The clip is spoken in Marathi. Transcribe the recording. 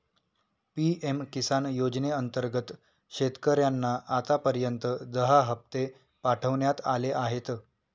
पी.एम किसान योजनेअंतर्गत शेतकऱ्यांना आतापर्यंत दहा हप्ते पाठवण्यात आले आहेत